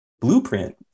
blueprint